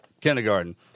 kindergarten